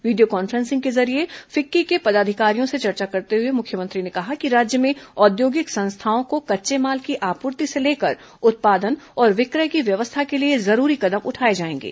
video conferencing के जरिये FICCI के पदाधिकारियों से चर्चा करते हुए मुख्यमंत्री ने कहा कि राज्य में औद्योगिक संस्थाओं को कच्चे माल की आपूर्ति से लेकर उत्पादन और विक्रय की व्यवस्था के लिए जरूरी कदम उठाए जाएंगे